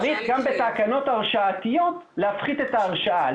צריך גם בתקנות ההרשאתיות להפחית את ההרשאה.